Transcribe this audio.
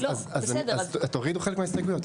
אז תורידו חלק מההסתייגויות.